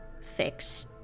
Fix